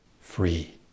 free